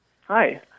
Hi